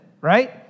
right